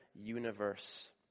universe